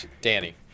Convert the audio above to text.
Danny